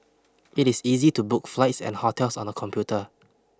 it is easy to book flights and hotels on the computer